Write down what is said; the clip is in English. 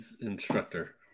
instructor